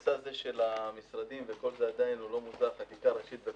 שהנושא של המשרדים לא מוסדר בחקיקה ראשית,